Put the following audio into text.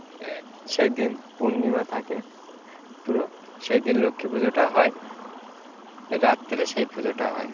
সেদিন পূর্ণিমা থাকে পুরো সেদিন লক্ষ্মী পুজোটা হয় রাত্রে সেই পুজোটা হয়